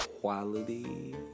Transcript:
quality